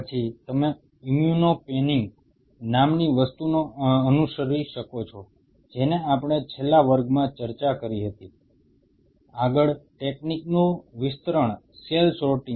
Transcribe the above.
પછી તમે immunopanning નામની વસ્તુને અનુસરી શકો છો જેને આપણે છેલ્લા વર્ગમાં ચર્ચા કરી હતી આગળ ટેકનિકનું વિસ્તરણ સેલ સોર્ટિંગ છે